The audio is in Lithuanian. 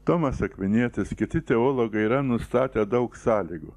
tomas akvinietis kiti teologai yra nustatę daug sąlygų